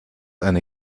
eine